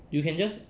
you can just